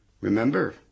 Remember